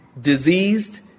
diseased